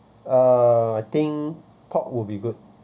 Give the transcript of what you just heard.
uh I think pork will be good